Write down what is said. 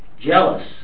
jealous